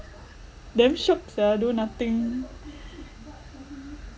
damn shiok sia do nothing